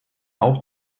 auch